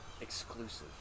exclusive